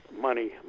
Money